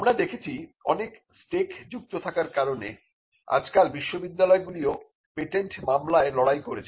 আমরা দেখেছি অনেক স্টেক যুক্ত থাকার কারণে আজকাল বিশ্ববিদ্যালয়গুলিও পেটেন্ট মামলায় লড়াই করেছে